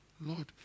Lord